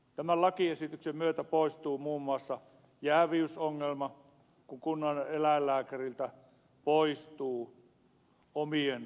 tämän lakiesityksen myötä poistuu muun muassa jääviysongelma kun kunnan eläinlääkäriltä poistuu omien asiakkaiden valvonta